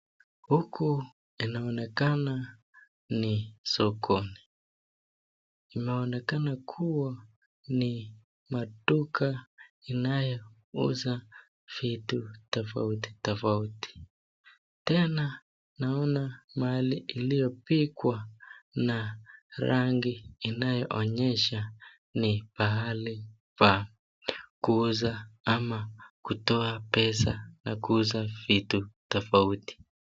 Huku inaonekana ni sokoni. Inaonekana kuwa ni maduka inayouza vitu tofauti tofauti. Tena naona mahali iliyopikwa na rangi inayoonyesha ni mahali pa kuuza ama kutoa pesa na kuuza vitu tofauti.